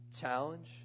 challenge